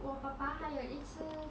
我爸爸还有一次